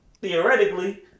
theoretically